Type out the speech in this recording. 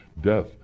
death